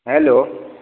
hello